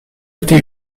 été